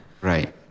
right